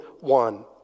one